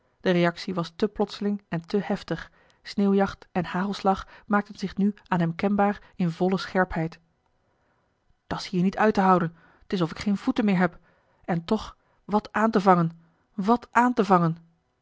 de reactie was te plotsea l g bosboom-toussaint de delftsche wonderdokter eel te heftig sneeuwjacht en hagelslag maakten zich nu aan hem kenbaar in volle scherpheid dat's hier niet uit te houden t is of ik geen voeten meer heb en toch wat aan te vangen wat aan te vangen